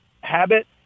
habit